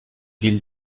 ville